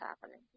happening